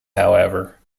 however